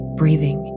breathing